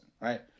right